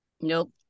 nope